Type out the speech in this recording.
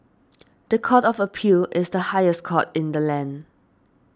the Court of Appeal is the highest court in the land